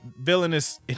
villainous